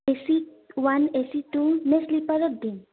A C one A C two নে শ্লিপাৰত দিম